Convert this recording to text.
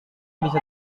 bisa